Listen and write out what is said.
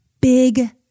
big